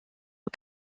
aux